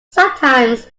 sometimes